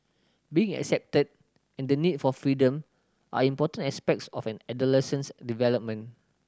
being accepted and the need for freedom are important aspects of an adolescent's development